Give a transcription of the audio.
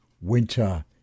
winter